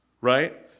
Right